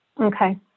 Okay